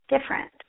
different